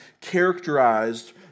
characterized